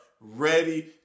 ready